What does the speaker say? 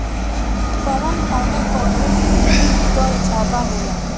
कवन कवने पौधा में वृद्धि दर ज्यादा होला?